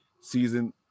season